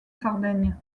sardaigne